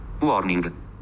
Warning